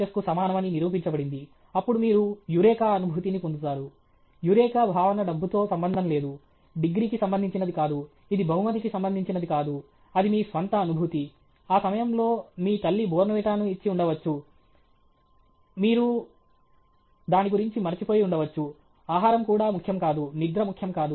S కు సమానమని నిరూపించబడింది అప్పుడు మీరు యురేకా అనుభూతిని పొందుతారు యురేకా భావన డబ్బుతో సంబంధం లేదు డిగ్రీకి సంబంధించినది కాదు ఇది బహుమతికి సంబంధించినది కాదు అది మీ స్వంత అనుభూతి ఆ సమయంలో మీ తల్లి బోర్న్విటాను ఇచ్చి ఉండవచ్చు మీరు దానిగురించి మరచిపోయి ఉండవచ్చు ఆహారం కూడా ముఖ్యం కాదు నిద్ర ముఖ్యం కాదు